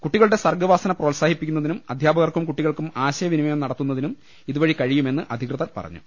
കുട്ടിക ളുടെ സർഗവാസന പ്രോത്സാഹിപ്പിക്കുന്നതിനും അധ്യാപകർക്കും കുട്ടികൾക്കും ആശയവിനിമയം നടത്തുന്നതിനും ഇതുവഴി കഴി യുമെന്ന് അധികൃതർ പറഞ്ഞു